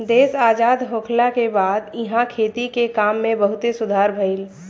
देश आजाद होखला के बाद इहा खेती के काम में बहुते सुधार भईल